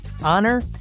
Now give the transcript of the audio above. honor